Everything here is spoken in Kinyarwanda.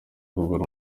kugura